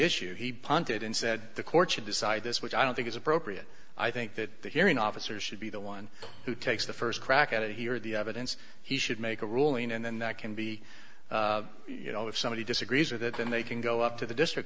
issue he punted and said the courts should decide this which i don't think is appropriate i think that the hearing officer should be the one who takes the first crack at it hear the evidence he should make a ruling and then that can be you know if somebody disagrees with that then they can go up to the district